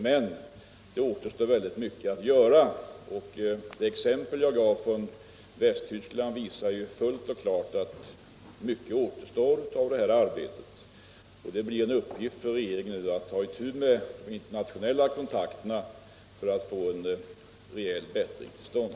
Men det exempel jag gav som var hämtat från Västtyskland visar fullt klart att mycket återstår av det här arbetet, och det blir en uppgift för regeringen att ta itu med de internationella kontakterna för att få en rejäl bättring till stånd.